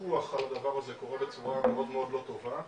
הפיקוח על הדבר הזה קורה בצורה מאוד לא טובה,